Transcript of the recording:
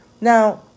Now